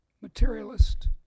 materialist